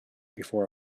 before